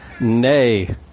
Nay